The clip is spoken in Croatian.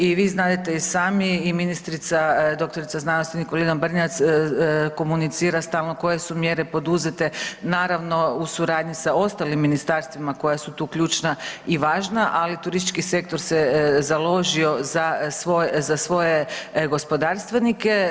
I vi znadete i sami i ministrica dr.sc. Nikolina Brnjac komunicira stalno koje su mjere poduzete naravno u suradnji sa ostalim ministarstvima koja su tu ključna i važna, ali turistički sektor se založio za svoje gospodarstvenike.